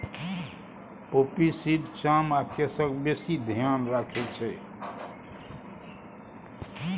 poppy seed चाम आ केसक बेसी धेआन रखै छै